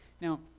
Now